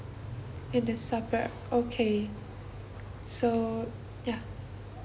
in december okay so ya